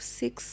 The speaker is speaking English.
six